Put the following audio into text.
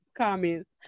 comments